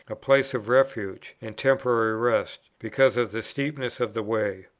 a place of refuge and temporary rest, because of the steepness of the way.